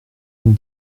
une